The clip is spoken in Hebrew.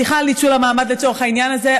סליחה על ניצול המעמד לצורך העניין הזה,